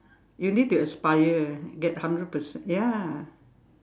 you need to aspire get hundred percent ya